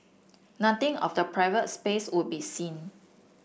nothing of the private space would be seen